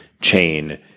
chain